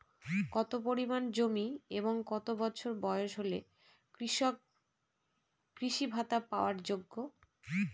কত পরিমাণ জমি এবং কত বছর বয়স হলে কৃষক কৃষি ভাতা পাওয়ার যোগ্য?